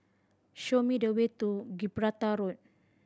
show me the way to Gibraltar Road